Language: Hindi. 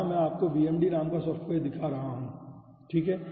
यहाँ मैं आपको VMD नाम का सॉफ्टवेयर दिखा रहा हूँ ठीक है